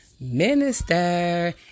Minister